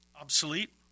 obsolete